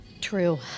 True